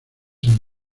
han